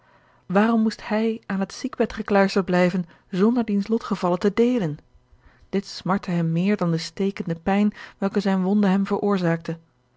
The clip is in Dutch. waarom moest hij aan het ziekbed gekluisterd blijven zonder diens lotgevallen te deelen dit smartte hem meer dan de stekende pijn welke zijne wonde hem veroorzaakte